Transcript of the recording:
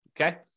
okay